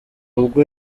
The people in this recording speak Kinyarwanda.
ubwo